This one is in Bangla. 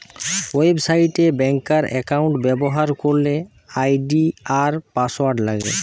ওয়েবসাইট এ ব্যাংকার একাউন্ট ব্যবহার করলে আই.ডি আর পাসওয়ার্ড লাগে